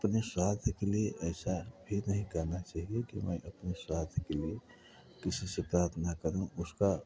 अपने स्वार्थ ऐसा भी नहीं करना चाहिए कि मैं अपने स्वार्थ के लिए किसी से प्रार्थना करूँ उसका